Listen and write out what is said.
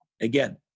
Again